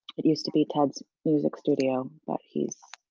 it used to be ted's music studio but he's